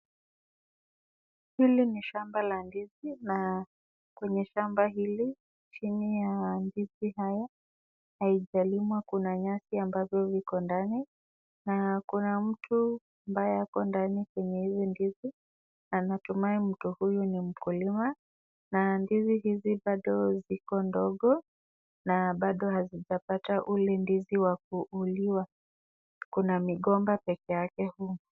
Hili ni shamba la ndizi na kwenye shamba hili chini ya ndizi hizi hakujalimwa. Kuna nyasi ambazo ziko ndani na kuna mtu ambaye yuko ndani kwenye hizi ndizi na natumai mtu huyu ni mkulima na ndizi hizi bado ziko ndogo na bado hazijapata zile ndizi za kuvuniwa. Kuna migomba pekee yake humu.